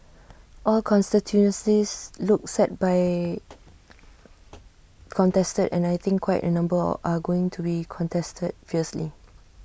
all constituencies look set by contested and I think quite A number of are going to be contested fiercely